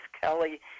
Kelly